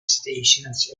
stations